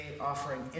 offering